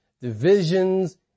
divisions